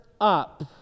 up